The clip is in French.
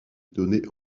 donné